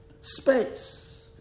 space